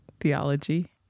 Theology